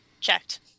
checked